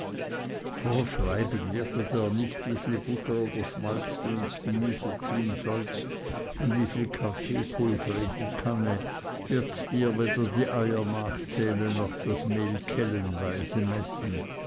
vorschreiben wird er dir nicht wie viel butter oder schmalz du ins gemüse tun sollst und wieviel kaffeepulver in die kanne wird dir weder die eier nachzählen noch das mehl kellenweise messen